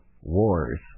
wars